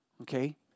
Okay